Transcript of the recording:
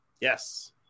Yes